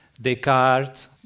Descartes